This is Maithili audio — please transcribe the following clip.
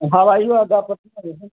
हवाइओ अड्डा पटने मे है